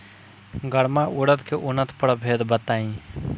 गर्मा उरद के उन्नत प्रभेद बताई?